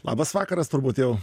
labas vakaras turbūt jau